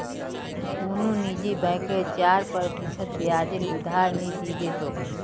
कुनु निजी बैंक चार प्रतिशत ब्याजेर उधार नि दीबे तोक